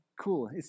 cool